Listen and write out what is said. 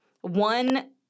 one